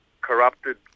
corrupted